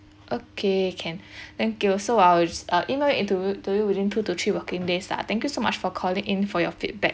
okay can thank you so I will E-mail into to you within two to three working days lah thank you so much for calling in for your feedback